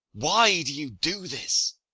why do you do this?